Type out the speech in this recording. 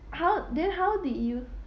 how then how did you